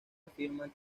afirmaba